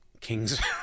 kings